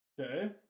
Okay